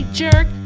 jerk